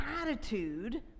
attitude